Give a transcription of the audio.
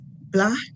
black